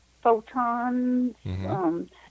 photons